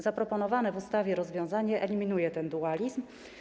Zaproponowane w ustawie rozwiązanie eliminuje ten dualizm.